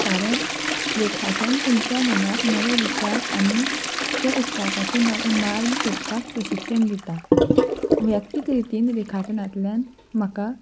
कारण रेखाटन तुमच्या मनाक नवे विचार आनी तें उक्तावपाचे नवें मार्ग सोदपाक प्रशिक्षण दिता व्यक्तीक रितीन रेखाटनांतल्यान म्हाका